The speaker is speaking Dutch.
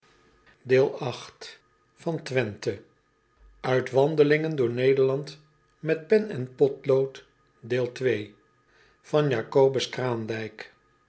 acobus raandijk andelingen door ederland met pen en potlood